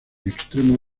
extremo